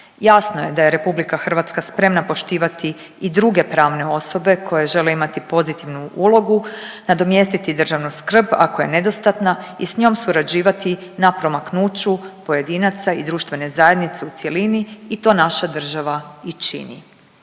Jasno je da je RH spremna poštivati i druge pravne osobe koje žele imati pozitivnu ulogu, nadomjestiti državnu skrb ako je nedostatna i s njom surađivati na promaknuću pojedinaca i društvene zajednice u cjelini i to naša država i čini.